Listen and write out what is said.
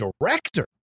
director